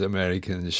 American